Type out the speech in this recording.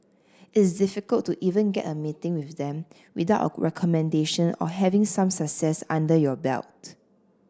it's difficult to even get a meeting with them without a recommendation or having some success under your belt